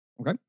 okay